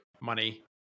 money